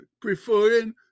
preferring